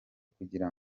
kugira